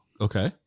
Okay